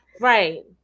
right